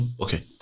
okay